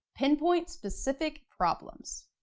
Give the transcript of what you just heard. pinpoint specific problems.